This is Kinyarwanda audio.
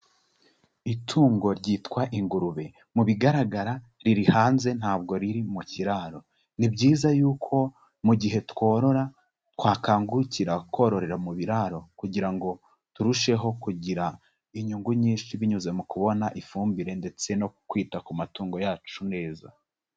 Itungo ryitwa ingurube mu bigaragara riri hanze ntabwo riri mu kiraro, ni byiza yuko mu gihe tworora twakangukira kororera mu biraro kugira ngo turusheho kugira inyungu nyinshi binyuze mu kubona ifumbire ndetse no kwita ku matungo yacu neza.